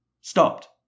stopped